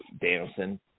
Danielson